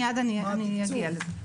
מיד אני אגיע לזה.